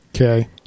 Okay